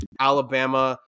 Alabama